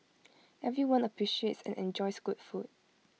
everyone appreciates and enjoys good food